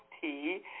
tea